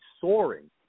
soaring